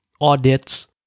audits